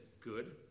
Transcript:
good